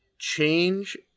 Change